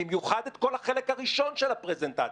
במיוחד את כל החלק הראשון של הפרזנטציה.